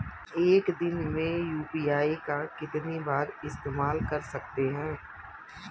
एक दिन में यू.पी.आई का कितनी बार इस्तेमाल कर सकते हैं?